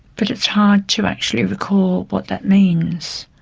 but it's hard to actually recall what that means.